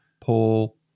Paul